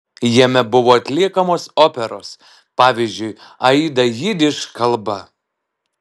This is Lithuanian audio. jame buvo atliekamos operos pavyzdžiui aida jidiš kalba